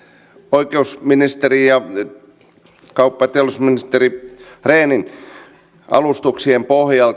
oikeusministerin ja kauppa ja teollisuusministeri rehnin alustuksien pohjalta